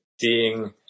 seeing